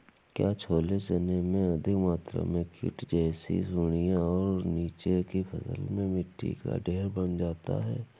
क्या छोले चने में अधिक मात्रा में कीट जैसी सुड़ियां और नीचे की फसल में मिट्टी का ढेर बन जाता है?